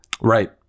Right